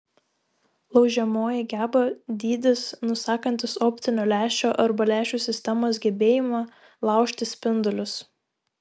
laužiamoji geba dydis nusakantis optinio lęšio arba lęšių sistemos gebėjimą laužti spindulius